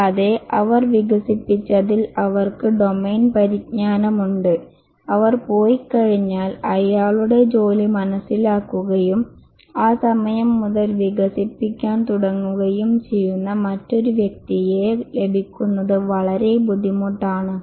കൂടാതെ അവർ വികസിപ്പിച്ചതിൽ അവർക്ക് ഡൊമെയ്ൻ പരിജ്ഞാനമുണ്ട് അവർ പോയിക്കഴിഞ്ഞാൽ അയാളുടെ ജോലി മനസിലാക്കുകയും ആ സമയം മുതൽ വികസിപ്പിക്കാൻ തുടങ്ങുകയും ചെയ്യുന്ന മറ്റൊരു വ്യക്തിയെ ലഭിക്കുന്നത് വളരെ ബുദ്ധിമുട്ടാണ്